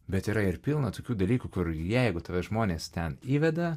bet yra ir pilna tokių dalykų kur jeigu tave žmonės ten įveda